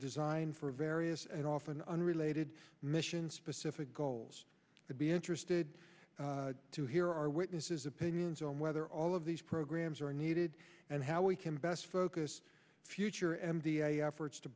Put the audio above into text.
designed for various and often unrelated mission specific goals would be interested to hear our witnesses opinions on whether all of these programs are needed and how we can best focus future and the efforts to